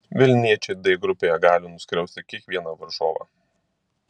vilniečiai d grupėje gali nuskriausti kiekvieną varžovą